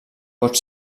pot